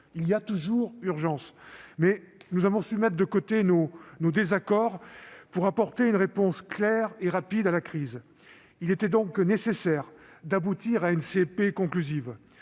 il y a toujours urgence ! Nous avons su mettre de côté nos désaccords pour apporter une réponse claire et rapide à la crise. Il était nécessaire d'aboutir à une CMP conclusive,